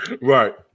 right